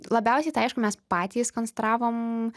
labiausiai tai aišku mes patys konstravom